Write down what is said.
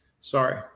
Sorry